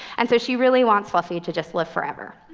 and so she really wants fluffy to just live forever.